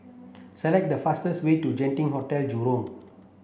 select the fastest way to Genting Hotel Jurong